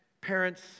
Parents